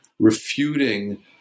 refuting